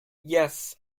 yes